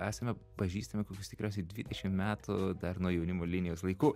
esame pažįstami kokius tikriausiai dvidešim metų dar nuo jaunimo linijos laikų